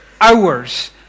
hours